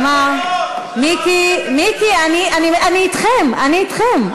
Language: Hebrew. מיקי, אני אתכם, אני אתכם.